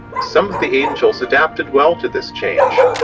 some of the angels adapted well to this change,